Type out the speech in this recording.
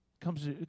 comes